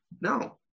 No